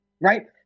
right